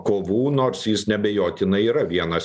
kovų nors jis neabejotinai yra vienas